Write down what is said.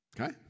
okay